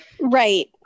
Right